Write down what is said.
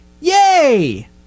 yay